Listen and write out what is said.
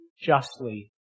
justly